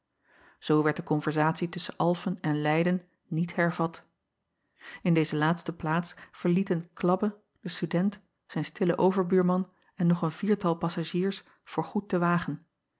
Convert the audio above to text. oo werd de konversatie tusschen lfen en eyden niet hervat n deze laatste plaats verlieten labbe de student zijn stille overbuurman en nog een viertal passagiers voorgoed den wagen